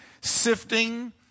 sifting